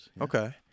okay